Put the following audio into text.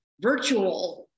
virtual